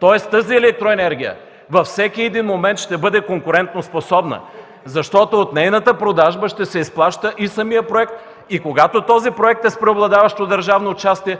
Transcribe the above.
Тоест тази електроенергия във всеки един момент ще бъде конкурентоспособна, защото от нейната продажба ще се изплащат и самият проект и когато този проект е с преобладаващо държавно участие,